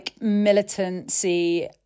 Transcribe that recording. militancy